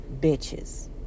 bitches